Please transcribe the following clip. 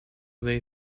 they